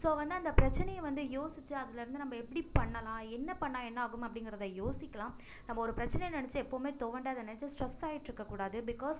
so வந்து அந்த பிரச்சனையை வந்து யோசித்து அதுலேருந்து நம்ம எப்படி பண்ணலாம் என்ன பண்ணால் என்ன ஆகும் அப்படிங்கிறத யோசிக்கலாம் நம்ம ஒரு பிரச்சனையை நெனைச்சி எப்போவுமே துவண்டு அதை நெனைச்சி ஸ்ட்ரெஸ் ஆகிட்ருக்க கூடாது பிக்காஸ்